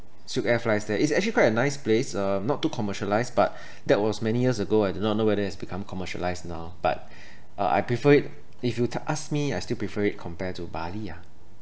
silkair flies there it's actually quite a nice place uh not too commercialised but that was many years ago I do not know whether has become commercialised now but uh I prefer it if you were to ask me I still prefer it compare to Bali uh